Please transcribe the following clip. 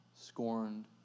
scorned